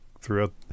throughout